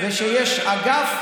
ושיש אגף,